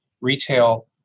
retail